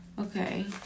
okay